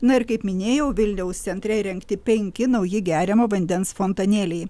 na ir kaip minėjau vilniaus centre įrengti penki nauji geriamo vandens fontanėliai